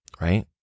right